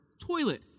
toilet